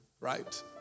right